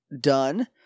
Done